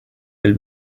will